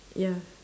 ya